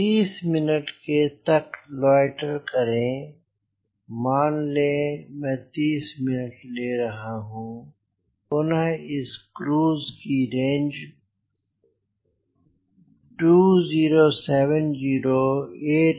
30 minute तक loiter करें मान लें कि मैं 30 मिनट ले रहा हूँ पुनः इस क्रूज की रेंज है 2070866 फ़ीट